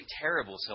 terrible